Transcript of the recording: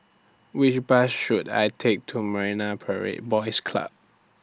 Which Bus should I Take to Marine Parade Boys Club